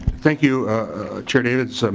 thank you chair davids. so